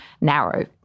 narrow